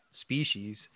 species